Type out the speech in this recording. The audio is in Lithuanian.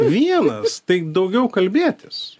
vienas tai daugiau kalbėtis